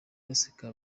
baseka